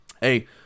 Hey